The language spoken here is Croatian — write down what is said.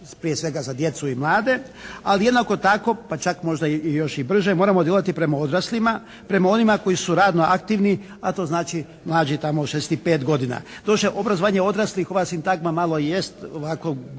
prije svega za djecu i mlade. Ali jednako tako pa čak možda i još i brže moramo djelovati prema odraslima. Prema onima koji su radno aktivni, a to znači mlađi tamo od 65 godina. Doduše obrazovanje odraslih, ova sintagma malo i jest ovako